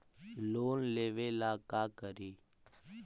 Loan लेबे ला का करि?